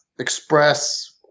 express